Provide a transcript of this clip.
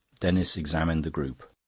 denis examined the group.